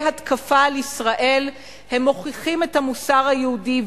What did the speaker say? התקפה על ישראל הם מוכיחים את המוסר היהודי,